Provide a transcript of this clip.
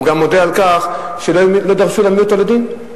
הוא גם מודה על כך שלא דרשו להעמיד אותו לדין.